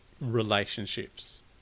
relationships